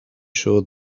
sure